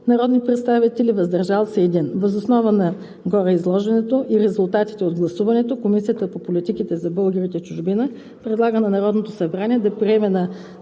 „против“ и 1 глас „въздържал се“. Въз основа на гореизложеното и резултатите от гласуването Комисията по политиките за българите в чужбина предлага на Народното събрание да приеме на